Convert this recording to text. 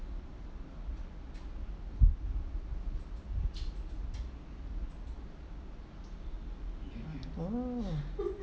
ah